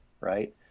right